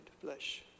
flesh